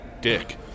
dick